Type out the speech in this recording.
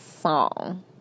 song